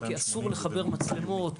כי אסור לחבר מצלמות,